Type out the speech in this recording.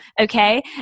okay